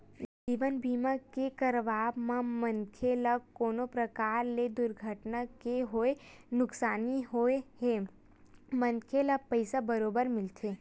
जीवन बीमा के करवाब म मनखे ल कोनो परकार ले दुरघटना के होय नुकसानी होए हे मनखे ल पइसा बरोबर मिलथे